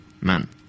man